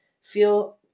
feel